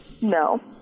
No